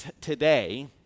today